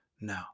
no